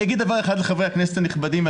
אני אגיד דבר אחד לחברי הכנסת הנכבדים,